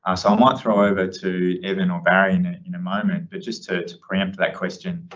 i so might throw over to evan or barry in and in a moment, but just to, to preempt that question,